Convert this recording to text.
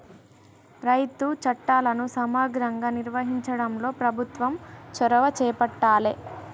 రైతు చట్టాలను సమగ్రంగా నిర్వహించడంలో ప్రభుత్వం చొరవ చేపట్టాలె